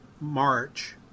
March